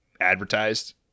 advertised